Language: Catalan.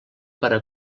para